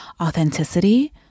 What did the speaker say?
authenticity